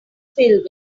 filled